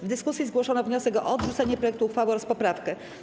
W dyskusji zgłoszono wniosek o odrzucenie projektu uchwały oraz poprawkę.